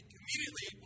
immediately